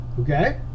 Okay